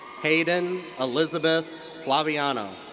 hayden elizabeth flabiano.